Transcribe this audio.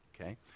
Okay